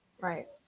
Right